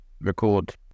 record